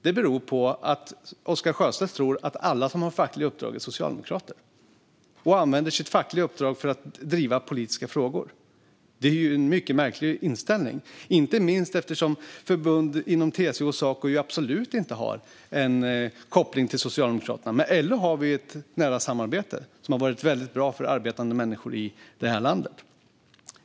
Den beror på att Oscar Sjöstedt tror att alla som har fackliga uppdrag är socialdemokrater och använder sitt fackliga uppdrag till att driva politiska frågor. Det är en mycket märklig inställning, inte minst eftersom förbund inom TCO och Saco absolut inte har någon koppling till Socialdemokraterna. Med LO har vi ett nära samarbete som har varit väldigt bra för arbetande människor i det här landet.